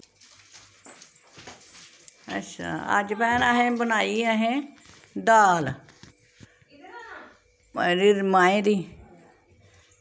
अच्छा अज्ज भैन असें बनाई असें दाल एह्दी मांहें दी